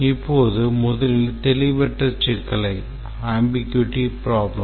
இப்போது முதலில் தெளிவற்ற சிக்கலைப் பார்ப்போம்